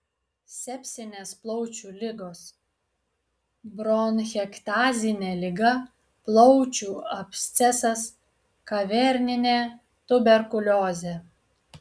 sepsinės plaučių ligos bronchektazinė liga plaučių abscesas kaverninė tuberkuliozė